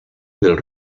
del